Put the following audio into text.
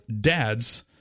dads